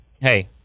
hey